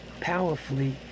powerfully